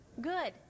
Good